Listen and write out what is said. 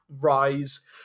rise